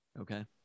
Okay